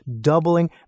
doubling